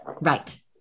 Right